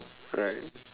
alright